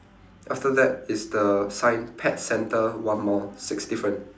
after that is the sign pet centre one more sixth difference